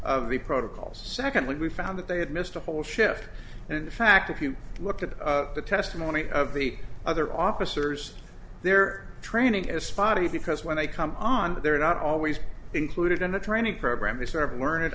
of the protocols secondly we found that they had missed a whole shift and in fact if you look at the testimony of the other officers their training is spotty because when they come on they're not always included in the training program they sort of learn